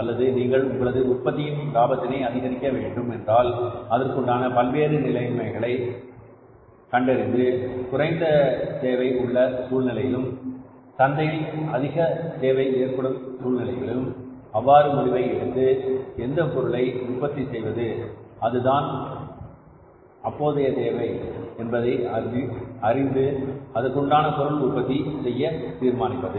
அதாவது நீங்கள் உங்களது உற்பத்தியின் லாபத்தினை அதிகரிக்க வேண்டுமென்றால் அதற்குண்டான பல்வேறு நிலைமைகளை கண்டறிந்து குறைந்த தேவை உள்ள சூழ்நிலையிலும் சந்தையில் அதிக தேவை ஏற்படும் சூழ்நிலைகளிலும் எவ்வாறு முடிவை எடுத்து எந்த பொருளை உற்பத்தி செய்வது அதுதான் அப்போதைய தேவை என்பதை அறிந்து அதற்குண்டான பொருளை உற்பத்தி செய்ய தீர்மானிப்பது